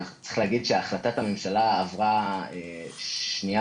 צריך להגיד שהחלטת הממשלה עברה שנייה